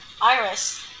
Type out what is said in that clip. Iris